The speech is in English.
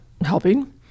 helping